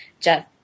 Jeff